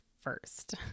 first